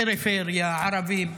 פריפריה, ערבים,